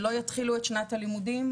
שלא יתחילו את שנת הלימודים,